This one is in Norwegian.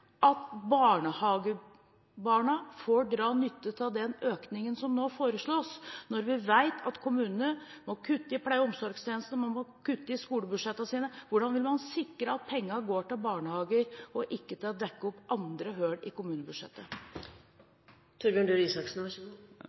at barnehagebarna får dra nytte av den økningen som nå foreslås, når vi vet at kommunene må kutte i pleie- og omsorgstjenestene og man må kutte i skolebudsjettene? Hvordan vil man sikre at pengene går til barnehager, og ikke til å dekke opp andre hull i kommunebudsjettet?